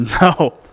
no